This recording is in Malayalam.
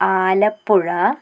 ആലപ്പുഴ